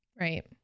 Right